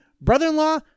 brother-in-law